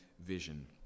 vision